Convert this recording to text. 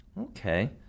Okay